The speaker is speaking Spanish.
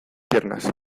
piernas